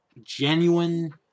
genuine